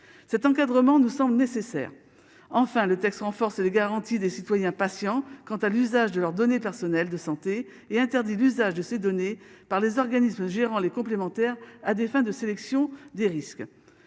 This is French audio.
cet encadrement nous sommes nécessaires, enfin le texte renforce de garanties des citoyens patients quant à l'usage de leurs données personnelles de santé et interdit l'usage de ces données par les organismes gérant les complémentaires à des fins de sélection des risques,